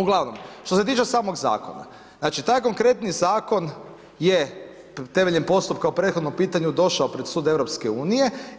Uglavnom što se tiče samog zakona, znači taj konkretni zakon je temeljem postupka o prethodnom pitanju došao pred Sud EU